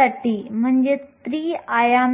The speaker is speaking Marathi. EckT म्हणून लिहू